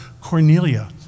Cornelia